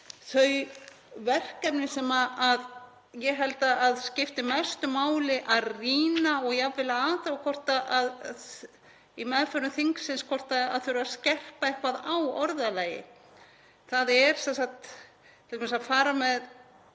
þau verkefni sem ég held að skipti mestu máli að rýna og jafnvel að athuga í meðförum þingsins, hvort það þurfi að skerpa eitthvað á orðalagi. Það er t.d. að fara með